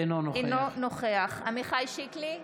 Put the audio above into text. אינו נוכח עמיחי שיקלי,